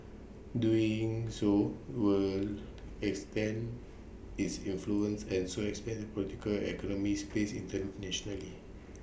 doing so would extend its influence and so expand political economic space internationally